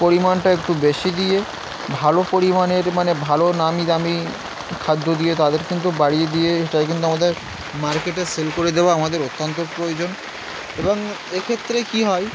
পরিমাণটা একটু বেশি দিয়ে ভালো পরিমাণের মানে ভালো নামি দামি খাদ্য দিয়ে তাদের কিন্তু বাড়িয়ে দিয়ে এটাই কিন্তু আমাদের মার্কেটে সেল করে দেবো আমাদের অত্যানন্ত প্রয়োজন এবং এক্ষেত্রে কি হয়